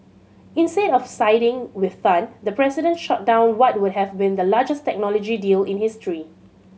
instead of siding with Tan the president shot down what would have been the largest technology deal in history